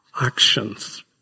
actions